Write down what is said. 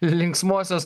ir linksmosios